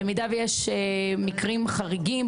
במידה ויש מקרים חריגים,